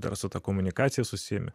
dar su ta komunikacija susiimi